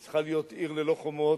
היא צריכה להיות עיר ללא חומות,